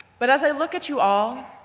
but as i look at you all,